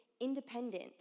independent